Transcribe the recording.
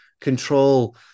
control